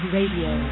Radio